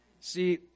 See